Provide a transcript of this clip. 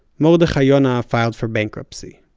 mordechai yona filed for bankruptcy.